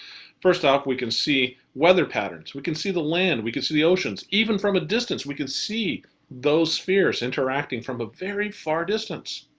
first off, we can see weather patterns. we can see the land. we can see oceans. even from a distance, we can see those spheres interacting from a very far distance.